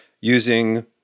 using